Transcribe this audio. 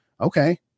Okay